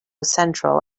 central